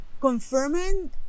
confirming